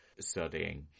studying